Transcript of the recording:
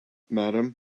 madam